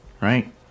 Right